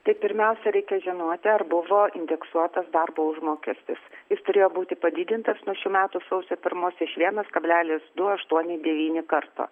tai pirmiausia reikia žinoti ar buvo indeksuotas darbo užmokestis jis turėjo būti padidintas nuo šių metų sausio pirmos iš vienas kalbelis du aštuoni devyni karto